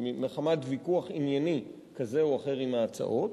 מחמת ויכוח ענייני כזה או אחר עם ההצעות,